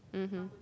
mmhmm